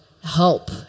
help